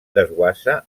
desguassa